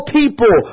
people